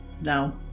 No